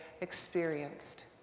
experienced